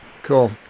cool